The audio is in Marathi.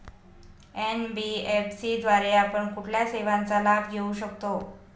एन.बी.एफ.सी द्वारे आपण कुठल्या सेवांचा लाभ घेऊ शकतो?